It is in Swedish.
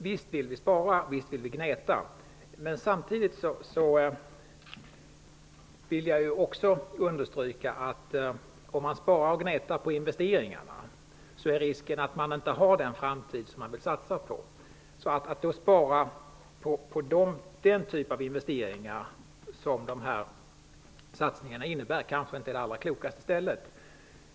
Visst vill vi spara och gneta, men samtidigt vill jag understryka att om man sparar och gnetar på investeringarna är risken att man inte har den framtid som man vill satsa på. Att spara på den typen av investeringar som dessa satsningar innebär är kanske inte det allra klokaste.